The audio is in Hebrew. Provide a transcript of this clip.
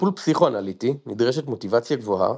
לטיפול פסיכואנליטי נדרשת מוטיבציה גבוהה,